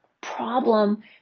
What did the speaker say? Problem